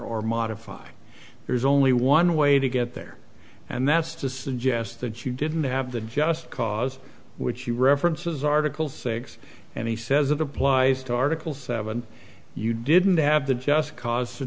or modify there's only one way to get there and that's to suggest that you didn't have the just cause which you reference is article six and he says it applies to article seven you didn't have the just cause t